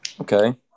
Okay